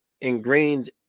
ingrained